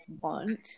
want